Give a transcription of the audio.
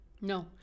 No